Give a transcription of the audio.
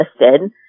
listed